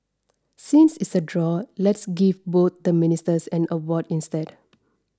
since it's a draw let's give both the Ministers an award instead